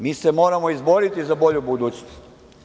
Mi se moramo izboriti za bolju budućnost.